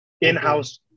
in-house